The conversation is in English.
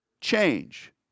change